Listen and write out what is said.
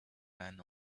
ran